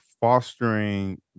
fostering